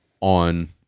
on